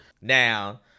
now